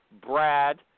Brad